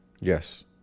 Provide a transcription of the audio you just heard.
Yes